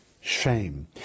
shame